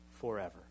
Forever